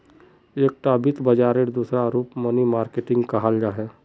एकता वित्त बाजारेर दूसरा रूप मनी मार्किट कहाल जाहा